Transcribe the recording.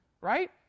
right